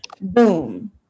Boom